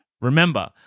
remember